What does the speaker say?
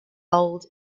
old